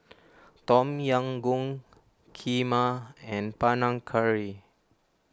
Tom Yam Goong Kheema and Panang Curry